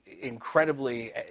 incredibly